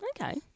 okay